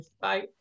Bye